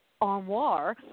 armoire